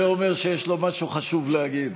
זה אומר שיש לו משהו חשוב להגיד.